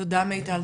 תודה מיטל.